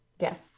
Yes